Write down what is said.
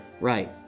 Right